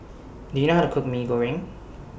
Do YOU know How to Cook Mee Goreng